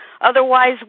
otherwise